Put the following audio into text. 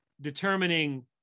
determining